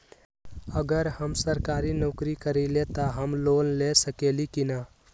अगर हम सरकारी नौकरी करईले त हम लोन ले सकेली की न?